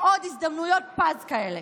אין עוד הזדמנויות פז כאלה.